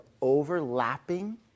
overlapping